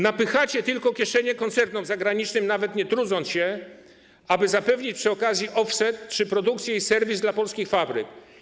Napychacie tylko kieszenie koncernom zagranicznym, nawet nie trudząc się, aby zapewnić przy okazji offset czy produkcję i serwis dla polskich fabryk.